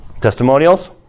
Testimonials